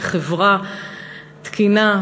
לחברה תקינה,